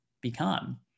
become